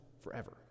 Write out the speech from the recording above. forever